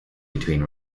between